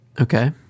Okay